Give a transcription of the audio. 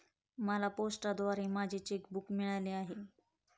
मला पोस्टाद्वारे माझे चेक बूक मिळाले आहे